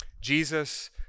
Jesus